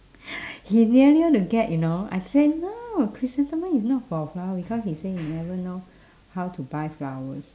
he nearly went to get you know I say no chrysanthemum is not for flower because he say he never know how to buy flowers